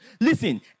Listen